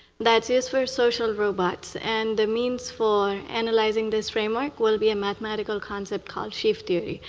that is for social robots and the means for analyzing this framework will be a mathematical concept called shift theory.